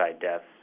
deaths